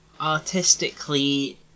artistically